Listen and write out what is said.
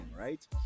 right